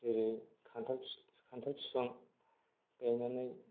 जेरै खान्थाल बिफां गायनानै